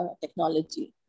technology